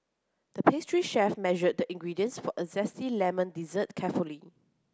the pastry chef measured the ingredients for a zesty lemon dessert carefully